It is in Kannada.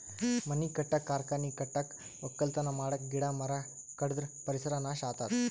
ಮನಿ ಕಟ್ಟಕ್ಕ್ ಕಾರ್ಖಾನಿ ಕಟ್ಟಕ್ಕ್ ವಕ್ಕಲತನ್ ಮಾಡಕ್ಕ್ ಗಿಡ ಮರ ಕಡದ್ರ್ ಪರಿಸರ್ ನಾಶ್ ಆತದ್